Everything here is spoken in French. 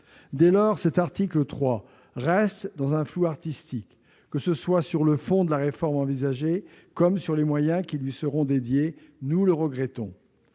Dès lors, cet article 3 baigne dans un flou artistique, qu'il s'agisse du fond de la réforme envisagée ou des moyens qui lui seront dédiés. Nous le regrettons.